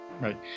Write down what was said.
Right